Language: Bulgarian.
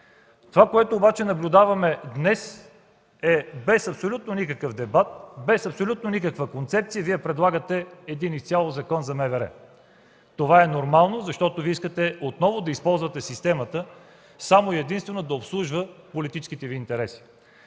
Това, което обаче наблюдаваме днес, е без абсолютно никакъв дебат, без абсолютно никаква концепция Вие да предлагате един изцяло нов Закон за МВР. Това е нормално, защото искате отново да използвате системата само и единствено да обслужва политическите Ви интереси.